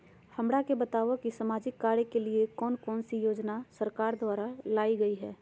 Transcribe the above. हमरा के बताओ कि सामाजिक कार्य के लिए कौन कौन सी योजना सरकार द्वारा लाई गई है?